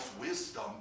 wisdom